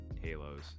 Halos